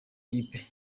kipe